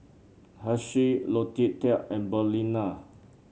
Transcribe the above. Hersheys Logitech and Balina